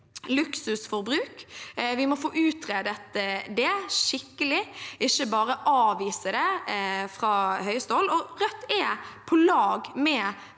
luksusforbruk. Vi må få utredet det skikkelig, ikke bare avvise det fra høyeste hold. Rødt er på lag med